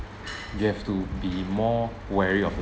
you have to be more wary of the